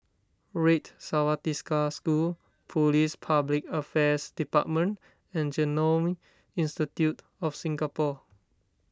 Red Swastika School Police Public Affairs Department and Genome Institute of Singapore